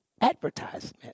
advertisement